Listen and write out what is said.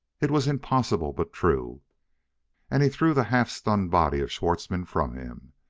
it was impossible, but true and he threw the half-stunned body of schwartzmann from him.